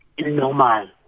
normal